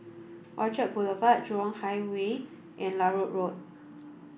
Orchard Boulevard Jurong Highway and Larut Road